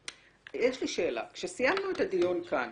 יש לי שאלה: כשסיימנו את הדיון כאן